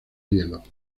hielos